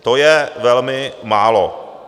To je velmi málo.